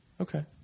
Okay